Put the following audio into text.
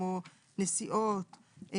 כמו נסיעות.